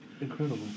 Incredible